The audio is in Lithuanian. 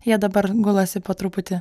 jie dabar gulasi po truputį